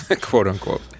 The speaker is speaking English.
quote-unquote